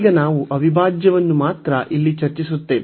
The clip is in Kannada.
ಈಗ ನಾವು ಈ ಅವಿಭಾಜ್ಯವನ್ನು ಮಾತ್ರ ಇಲ್ಲಿ ಚರ್ಚಿಸುತ್ತೇವೆ